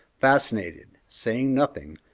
fascinated, saying nothing,